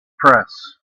press